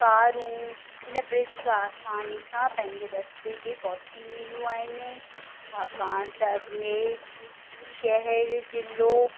कारूं हिन ब्रिज तां आसानी सां पंहिंजे रस्ते ते पहुची वेंदियूं आहिनि छाकाणि त अजमेर शहर ज़िलो